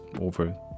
over